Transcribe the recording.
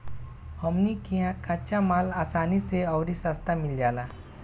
हमनी किहा कच्चा माल असानी से अउरी सस्ता मिल जाला